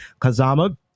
kazama